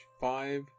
Five